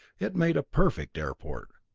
it made a perfect airport.